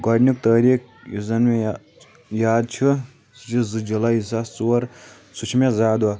گۄڈٕنیُک تٲریٖخ یُس زن مےٚ یا یاد چھُ سُہ زٕ جُلاے زٕ ساس ژور سُہ چھُ مےٚ زاہ دۄہ